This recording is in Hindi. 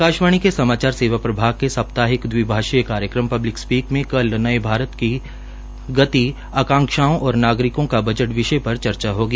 आकाशवाणी के समाचार प्रभाग के साप्ताहिक दविभाषीय कार्यक्रम पब्लिक स्पीक में कल नये भारत की गति आकांशाओं और नागरिकों का बजट विषय पर चर्चा होगी